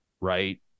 right